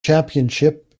championship